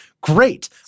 great